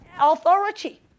authority